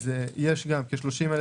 יש כ-30,000